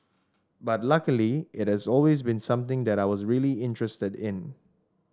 but luckily it is always been something that I was really interested in